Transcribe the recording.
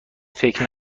فکر